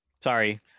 Sorry